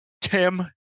Tim